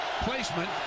placement